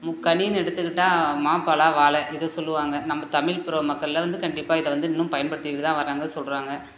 முக்கனின்னு எடுத்துக்கிட்டால் மா பலா வாழை இதை சொல்லுவாங்க நம்ப தமிழ் புற மக்களில் வந்து கண்டிப்பாக இதை வந்து இன்னும் பயன்படுத்திகிட்டு தான் வராங்க சொல்லுறாங்க